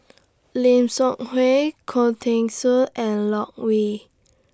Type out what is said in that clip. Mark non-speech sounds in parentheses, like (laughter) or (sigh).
Lim Seok Hui Khoo Teng Soon and Loke Yew (noise)